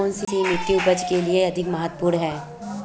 कौन सी मिट्टी उपज के लिए अधिक महत्वपूर्ण है?